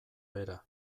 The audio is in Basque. bera